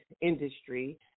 industry